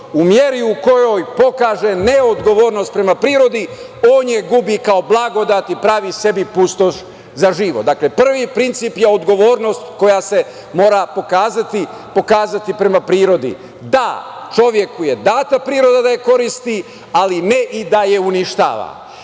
u meri u kojoj pokaže neodgovornost prema prirodi on je gubi kao blagodati, pravi sebi pustoš za život. Prvi princip je odgovornost koja se mora pokazati prema prirodi. Da, čoveku je data priroda da je koristi, ali ne i da je uništava.